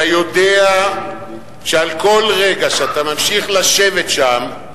אתה יודע שעל כל רגע שאתה ממשיך לשבת שם,